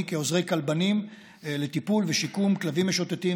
כעוזרי כלבנים לטיפול בכלבים משוטטים,